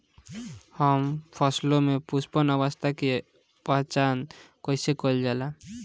हम फसलों में पुष्पन अवस्था की पहचान कईसे कईल जाला?